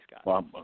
Scott